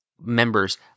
members